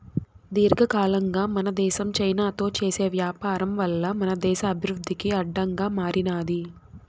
దీర్ఘకాలంగా మన దేశం చైనాతో చేసే వ్యాపారం వల్ల మన దేశ అభివృద్ధికి అడ్డంగా మారినాది